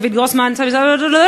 דוד גרוסמן וכו' וכו',